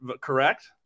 correct